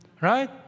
right